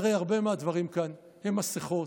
הרי הרבה מהדברים כאן הם מסכות,